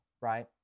right